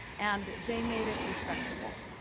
and they made it respectable.